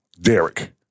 Derek